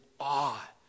awe